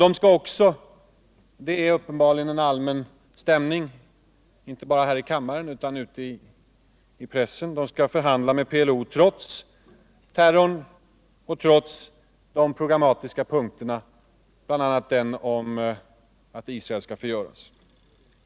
De skall också — det är uppenbarligen en allmän stämning inte bara här i kammaren utan också ute i pressen — förhandla med PLO trots terrorn och trots de programmatiska punkterna, bl.a. den om att Israel skall förgöras.